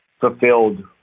fulfilled